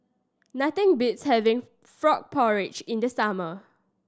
nothing beats having frog porridge in the summer